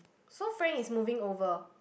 so Frank is moving over